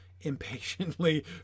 impatiently